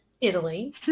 Italy